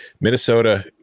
Minnesota